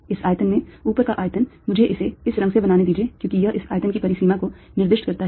इस आयतन में ऊपर का आयतन मुझे इसे इस रंग से बनाने दीजिए क्योंकि यह इस आयतन की परिसीमा को निर्दिष्ट करता है